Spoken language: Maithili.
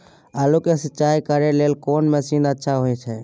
आलू के सिंचाई करे लेल कोन मसीन अच्छा होय छै?